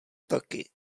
taky